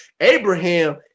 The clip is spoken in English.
Abraham